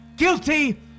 Guilty